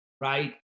right